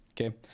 okay